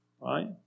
right